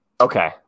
Okay